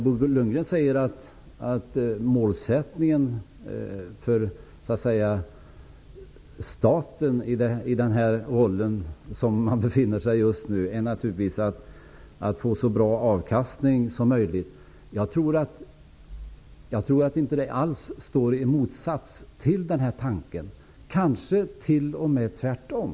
Bo Lundgren säger att statens målsättning just nu är att få så bra avkastning som möjligt. Jag tror inte alls att den målsättningen står i motsats till den här tanken, kanske är det t.o.m. tvärtom.